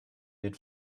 den